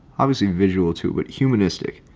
obviously visual too but humanistic,